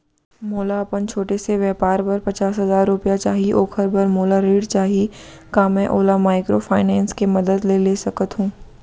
मोला अपन छोटे से व्यापार बर पचास हजार रुपिया चाही ओखर बर मोला ऋण चाही का मैं ओला माइक्रोफाइनेंस के मदद से ले सकत हो?